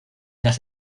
las